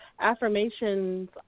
affirmations